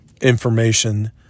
information